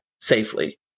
safely